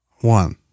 One